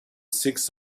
six